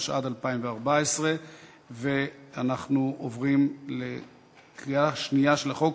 התשע"ד 2014. אנחנו עוברים לקריאה שנייה של החוק,